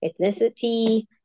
ethnicity